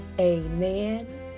amen